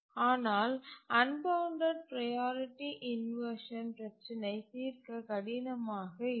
ஆனால் unbounded priority inversion பிரச்சினை தீர்க்க கடினமாக இருக்கும்